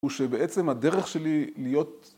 ‫הוא שבעצם הדרך שלי להיות...